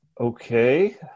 okay